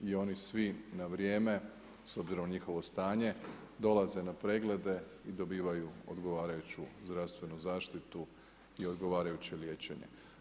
I onih svih na vrijeme s obzirom na njihovo stanje, dolaze na preglede i dobivaju odgovarajuću zdravstvenu zaštitu i odgovarajuće liječenje.